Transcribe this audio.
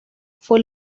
fue